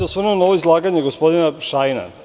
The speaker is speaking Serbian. Osvrnuo bih se na ovo izlaganje gospodina Šajna.